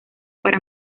para